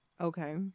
Okay